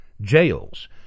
jails